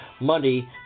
money